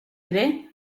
ere